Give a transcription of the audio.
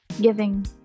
giving